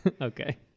Okay